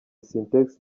sintex